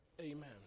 Amen